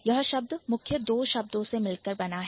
यह शब्द मुख्य दो शब्दों से मिलकर बना है